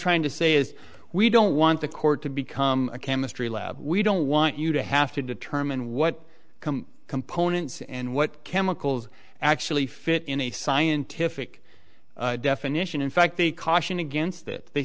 trying to say is we don't want the court to become a chemistry lab we don't want you to have to determine what components and what chemicals actually fit in a scientific definition in fact they caution against that they